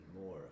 more